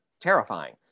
terrifying